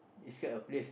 this kind of place